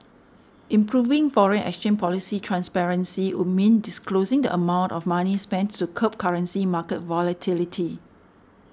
improving foreign exchange policy transparency would mean disclosing the amount of money spent to curb currency market volatility